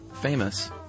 famous